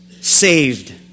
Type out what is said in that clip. Saved